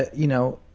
you know,